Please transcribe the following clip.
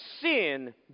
Sin